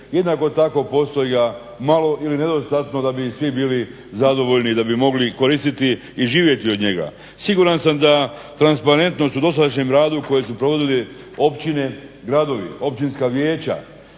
Jednako tako postoji malo ili nedostatno da bi svi bili zadovoljni i da bi mogli koristiti i živjeti od njega. Siguran sam da transparentnost u dosadašnjem radu koje su provodile općine, gradovi, općinska vijeća